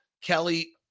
Kelly